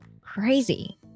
crazy